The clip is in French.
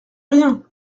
rien